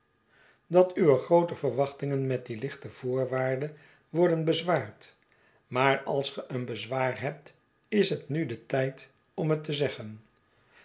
dat uwe groote verwachtingen met die iichte voorwaarde worden bezwaard maar als ge een bezwaar hebt is het nude tijd orn het te zeggen